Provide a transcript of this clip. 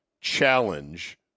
Challenge